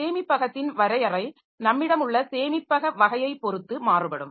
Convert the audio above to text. சேமிப்பகத்தின் வரையறை நம்மிடம் உள்ள சேமிப்பக வகையைப் பொறுத்து மாறுபடும்